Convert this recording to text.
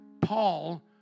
Paul